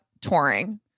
touring